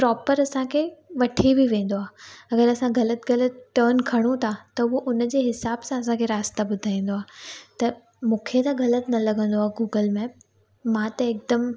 proper असांखे वठी बि वेंदो आहे अगरि असां ग़लति ग़लति टर्न खणू था त उहो उनजे हिसाब सां असांखे रास्ता ॿुधाईंदो आहे त मूंखे त ग़लति न लॻंदो आहे गूगल मैप मां त हिकदमि